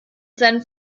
seinen